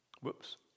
Whoops